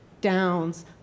Downs